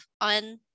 on